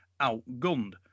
outgunned